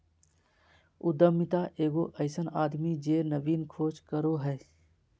उद्यमिता एगो अइसन आदमी जे नवीन खोज करो हइ